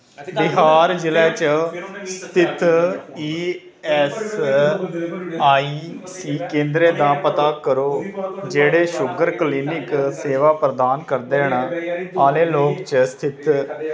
बिहार जि'ले च स्थित ई ऐस्स आई सी केंदरें दा पता करो जेह्ड़े शूगर क्लीनिक सेवा प्रदान करदे न आह्ले लोह च स्थित